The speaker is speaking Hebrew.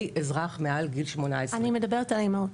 אזרח מעל גיל 18. אני מדברת על האימהות.